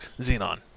Xenon